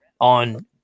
on